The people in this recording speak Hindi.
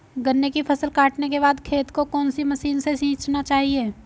गन्ने की फसल काटने के बाद खेत को कौन सी मशीन से सींचना चाहिये?